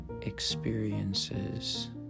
experiences